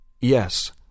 Yes